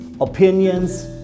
opinions